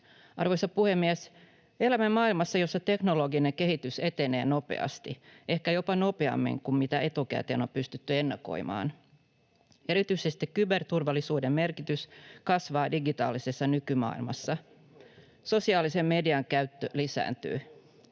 Arvoisa puhemies! Elämme maailmassa, jossa teknologinen kehitys etenee nopeasti, ehkä jopa nopeammin kuin mitä etukäteen on pystytty ennakoimaan. Erityisesti kyberturvallisuuden merkitys kasvaa digitaalisessa nykymaailmassa. Sosiaalisen median käyttö lisääntyy.